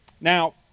Now